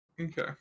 Okay